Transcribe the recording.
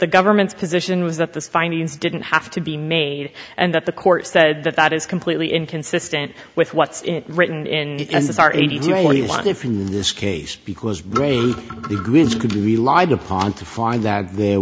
the government's position was that the findings didn't have to be made and that the court said that that is completely inconsistent with what's written in our eighty do you want if in this case because race could be relied upon to find that there